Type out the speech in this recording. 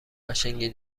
قشنگی